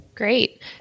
Great